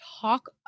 talk